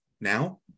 now